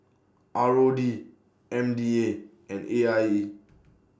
R O D M D A and A I E